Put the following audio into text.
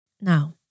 Now